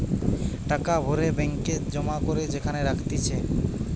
টাকা ভরে ব্যাঙ্ক এ জমা করে যেখানে রাখতিছে